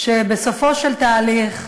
שבסופו של תהליך,